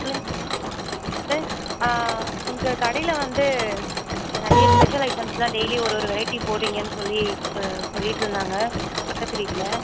சொல்லுங்க சார் உங்கள் கடையில் வந்து நிறைய ஸ்பெஷல் ஐட்டம்ஸ்லாம் டெய்லி ஒரு ஒரு வெரைட்டி போட்றீங்கன்னு சொல்லி சொல்லிட்யிருந்தாங்க பக்கத்து வீட்டில்